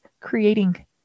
creating